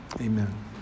Amen